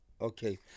Okay